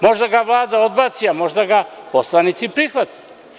Možda ga Vlada odbaci, a možda ga poslanici prihvate.